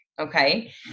Okay